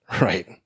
Right